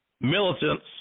militants